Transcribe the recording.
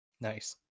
Nice